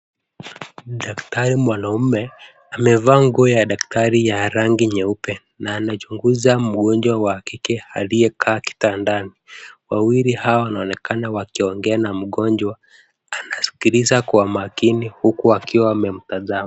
Daktari mwanaume, amevaa nguo ya daktari ya rangi nyeupe, na anachunguza mgonjwa wa kike aliye kaa kitandani. Wawili hawa wanaonekana wakiongea, na mgonjwa anasikiliza kwa makini huku akiwa amemtazama.